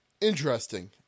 interesting